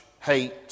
hate